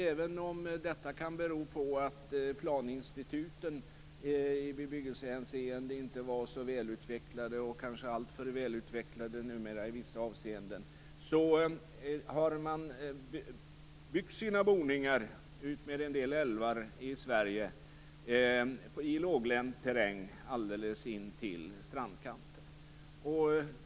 Även om detta kan bero på att planinstituten i bebyggelsehänseende inte var så välutvecklade, och numera kanske är alltför välutvecklade i vissa avseenden, har man utmed en del älvar i Sverige byggt sina boningar i låglänt terräng, intill strandkanten.